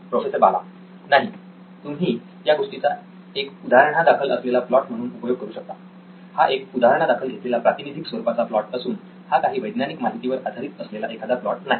professor Bala नाही तुम्ही या गोष्टीचा एक उदाहरणादाखल असलेला प्लॉट म्हणून उपयोग करू शकता हा एक उदाहरणादाखल घेतलेला प्रातिनिधिक स्वरूपाचा प्लॉट असून हा काही वैज्ञानिक माहितीवर आधारित असलेला एखादा प्लॉट नाही